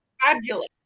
fabulous